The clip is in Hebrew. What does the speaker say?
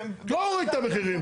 לא הוריד את המחירים,